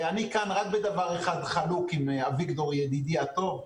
אני כאן רק בדבר אחד חלוק עם אביגדור ידידי הטוב,